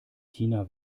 tina